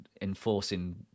enforcing